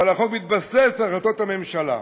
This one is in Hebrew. אבל החוק מתבסס על החלטות הממשלה.